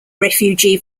refugee